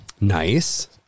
Nice